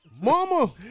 Mama